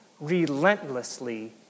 relentlessly